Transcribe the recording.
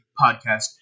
podcast